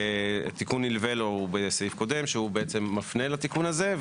תיקון נלווה לו הוא בסעיף קודם שמפנה לתיקון הזה,